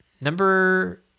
Number